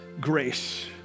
grace